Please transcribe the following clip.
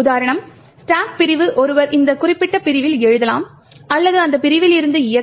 உதாரணமாக ஸ்டேக் பிரிவு ஒருவர் அந்த குறிப்பிட்ட பிரிவில் எழுதலாம் அல்லது அந்த பிரிவில் இருந்து இயக்கலாம்